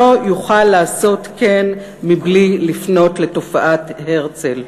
לא יוכל לעשות כן מבלי לפנות לתופעת הרצל,